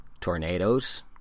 tornadoes